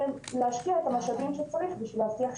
ולהשקיע את המשאבים שצריך בשביל להבטיח שוויון.